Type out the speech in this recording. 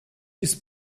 ist